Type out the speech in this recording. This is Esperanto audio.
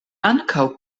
ankaŭ